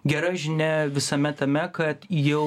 gera žinia visame tame kad jau